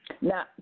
now